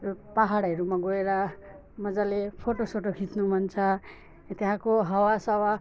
यो पाहाडहरूमा गएर मजाले फोटोसोटो खिच्नु मन छ त्यहाँको हावासावा